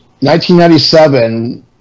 1997